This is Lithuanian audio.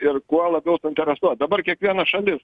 ir kuo labiau suinteresuot dabar kiekviena šalis